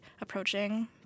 approaching